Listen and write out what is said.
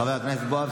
חבר הכנסת בועז